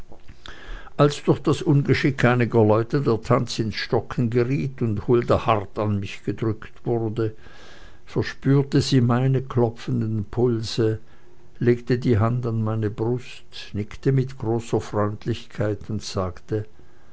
als durch das ungeschick einiger leute der tanz ins stocken geriet und hulda an mich gedrückt wurde verspürte sie meine klopfenden pulse legte die hand an meine brust nickte mit großer freundlichkeit und sagte